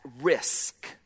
risk